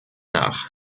nach